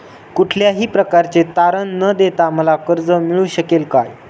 कुठल्याही प्रकारचे तारण न देता मला कर्ज मिळू शकेल काय?